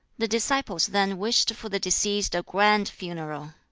the disciples then wished for the deceased a grand funeral.